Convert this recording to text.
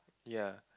ya